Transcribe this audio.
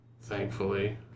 Thankfully